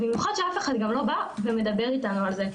במיוחד גם כשאף אחד לא בא ומדבר איתנו על זה.